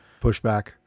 pushback